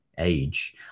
age